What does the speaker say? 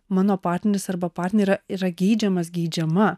mano partneris arba partnerė yra yra geidžiamas geidžiama